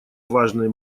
важный